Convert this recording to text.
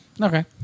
Okay